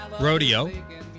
rodeo